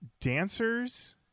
dancers